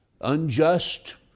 unjust